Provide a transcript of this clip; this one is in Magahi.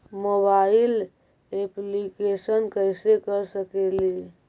मोबाईल येपलीकेसन कैसे कर सकेली?